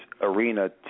arena